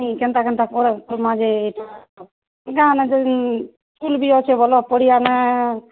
କେନ୍ତା କେନ୍ତା କର୍ମା ଯେ କର୍ମା ଗାଁରେ ଯେ ସ୍କୁଲ୍ ବି ଅଛେ ଭଲ୍ ପଢ଼ିବା ନା